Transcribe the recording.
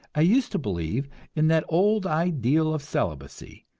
i used to believe in that old ideal of celibacy,